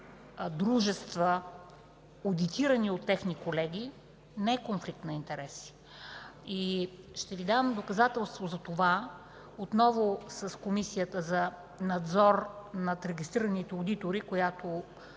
дружества, одитирани от техни колеги – това не е конфликт на интереси. И ще Ви дам доказателство за това отново с Комисията за надзор над регистрираните одитори, която